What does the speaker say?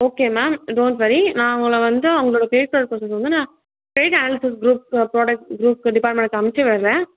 okay ma'am don't worry நான் உங்களை வந்து அவங்களோடய க்ரிடிட் கார்டு ப்ராசஸ் வந்து நான் பெயிடு அனாலிசிஸ் க்ரூப்ஸ்க்கு ப்ரோடக்ட் க்ரூப் டிப்பார்ட்மெண்ட்க்கு அனுப்பிச்சி விடுறேன்